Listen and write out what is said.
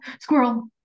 squirrel